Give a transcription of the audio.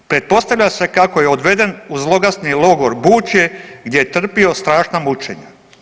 Pretpostavlja se kako je odveden u zloglasni logor Bučje gdje je trpio strašna mučenja.